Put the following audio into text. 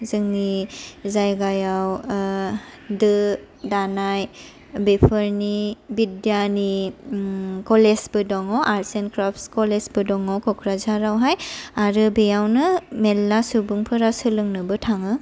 जोंनि जायगायाव दो दानाय बेफोरनि बिद्यानि कलेजबो दङ आर्टस एण्ड क्राप्टस कलेजबो दङ क'क्राझारावहाय आरो बेयावनो मेरला सुबुंफोरा सोलोंनोबो थाङो